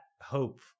hope